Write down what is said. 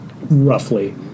roughly